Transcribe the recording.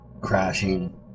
crashing